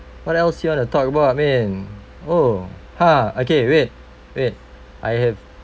what else you wanna talk about man oh ha okay wait wait I have